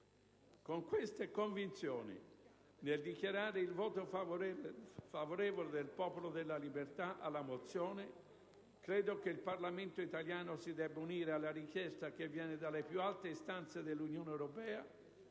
Con queste convinzioni, nel dichiarare il voto favorevole del Popolo della Libertà alla mozione, credo che il Parlamento italiano si debba unire alla richiesta che viene dalle più alte istanze dell'Unione europea